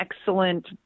excellent